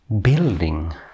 building